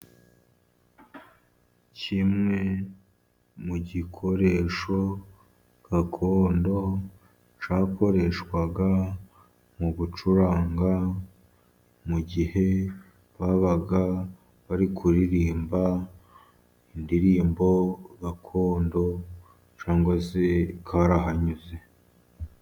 Kimwe mu gikoresho gakondo, cyakoreshwaga mu gucuranga mu gihe babaga bari kuririmba indirimbo gakondo, cyangwa se karahanyuze.